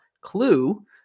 Clue